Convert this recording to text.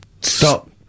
Stop